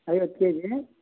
ಐವತ್ತು ಕೆ ಜೀ